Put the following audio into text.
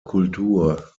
kultur